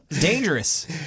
Dangerous